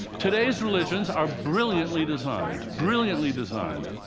today's religions are brilliantly designed brilliantly designed.